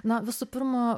na visų pirma